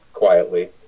Quietly